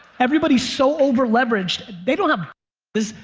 everybody's so over leveraged they don't have this,